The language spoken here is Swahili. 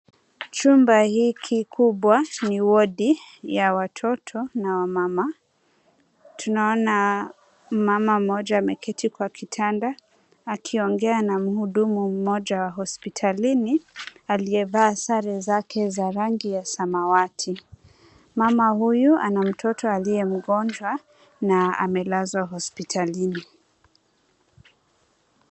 Chumba hiki kubwa ni wodi ya watoto na wamama. Tunaona mama mmoja ameketi kwa kitanda akiongea na mhudumu mmoja hospitalini aliyevaa sare zake za rangi ya samawati. Mama huyu ana mtoto aliye mgonjwa na amelazwa hospitalini.